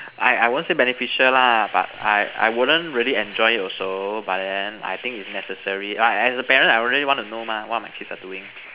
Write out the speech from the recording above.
I I won't say beneficial lah but I I wouldn't really enjoy it also but then I think it's necessary ah as a parent I really want to know mah what my kids are doing